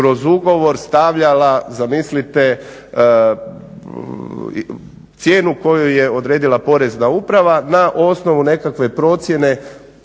kroz ugovor stavljala zamislite cijenu koju je odredila Porezna uprava na osnovu nekakve procjene